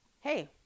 hey